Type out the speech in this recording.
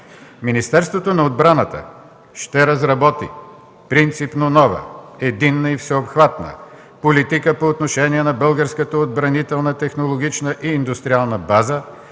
„Министерството на отбраната ще разработи принципно нова, единна и всеобхватна политика по отношение на българската отбранителна технологична и индустриална база